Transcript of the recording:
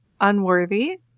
unworthy